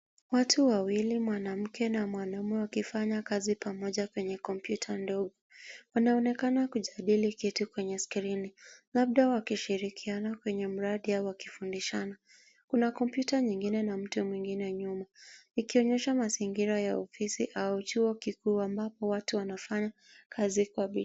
Watu wawili, mwanamke na mwanaume, wakifanya kazi pamoja kwenye kompyuta ndogo. Wanaonekana kujadili kitu kwenye skrini, labda wakishirikiana kwenye mradi au wakifundishana. Kuna kompyuta nyingine na mtu mwengine nyuma, ikionyesha mazingira ya ofisi au chuo kikuu ambapo watu wanafanya kazi kwa bidii.